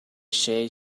shall